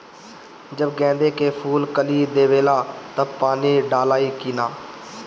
जब गेंदे के फुल कली देवेला तब पानी डालाई कि न?